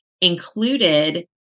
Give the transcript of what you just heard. included